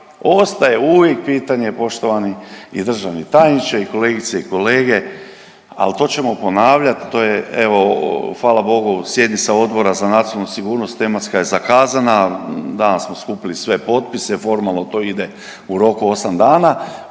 ostaje uvijek pitanje poštovani i državni tajniče i kolegice i kolege, al to ćemo ponavljat, to je evo fala Bogu sjednica Odbora za nacionalnu sigurnost, tematska je zakazana, danas smo skupili sve potpise, formalno to ide u roku 8 dana,